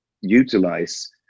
utilize